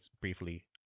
briefly